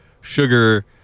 sugar